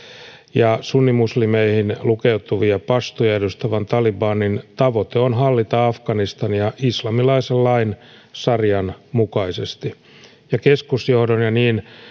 ja sunnimuslimeihin lukeutuvia pastuja edustavan talibanin tavoite on hallita afganistania islamilaisen lain sarian mukaisesti keskusjohdon ja niin